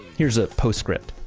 here's a post script.